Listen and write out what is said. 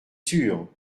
sûr